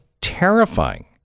terrifying